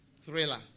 thriller